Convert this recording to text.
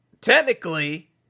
technically